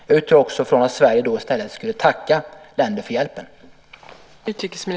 Jag utgår också från att Sverige då i stället skulle tacka länder för hjälpen.